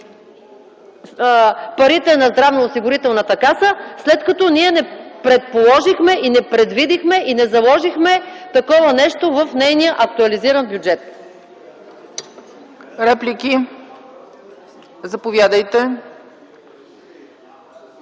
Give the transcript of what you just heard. парите на Здравноосигурителната каса, след като ние не предположихме, не предвидихме и не заложихме такова нещо в нейния актуализиран бюджет? ПРЕДСЕДАТЕЛ